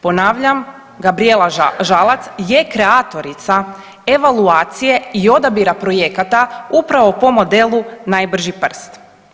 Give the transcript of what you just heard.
Ponavljam Gabrijela Žalac je kreatorica evaluacije i odabira projekata upravo po modelu najbrži prst.